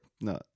No